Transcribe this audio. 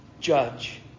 judge